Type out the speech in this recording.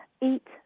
eat